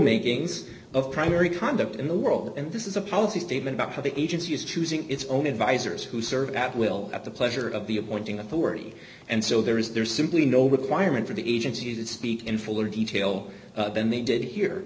makings of primary conduct in the world and this is a policy statement about how the agency is choosing its own advisors who serve at will at the pleasure of the appointing authority and so there is there's simply no requirement for the agencies that speak in full or detail than they did here